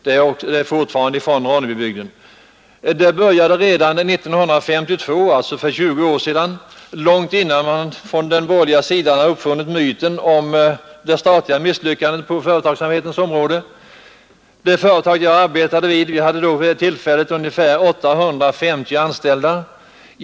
Dessa erfarenheter går ända tillbaka till 1952, alltså 20 år tillbaka, långt innan man på den borgerliga sidan hade uppfunnit myten om det statliga misslyckande på företagsamhetens område. Det företag jag arbetade vid hade vid den tidpunkten ungefär 850 anställda.